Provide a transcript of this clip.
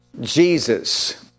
Jesus